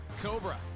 Cobra